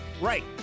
Right